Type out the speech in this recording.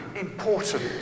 important